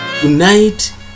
Tonight